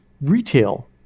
retail